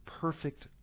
perfect